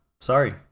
sorry